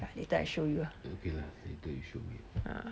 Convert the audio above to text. ah later I show you ah